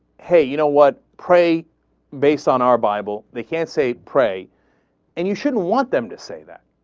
hey, you know what, pray based on our bible. they can't say pray and you shouldn't want them to say that.